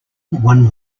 one